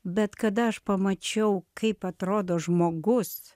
bet kada aš pamačiau kaip atrodo žmogus